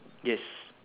yes